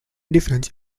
difference